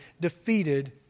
defeated